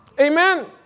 Amen